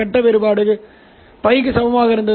Q receiver என்று அழைக்கப்படுகிறது ஏனெனில் டி